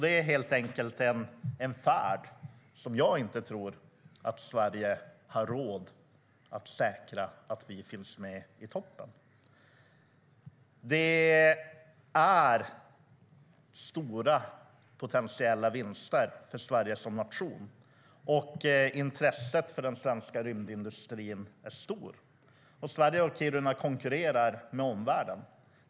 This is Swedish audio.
Det är helt enkelt en färd där jag inte tror att Sverige har råd att inte säkra att vi finns med i täten. De potentiella vinsterna för Sverige som nation är stora, och intresset för den svenska rymdindustrin är stort. Sverige och Kiruna konkurrerar med omvärlden.